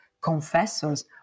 confessors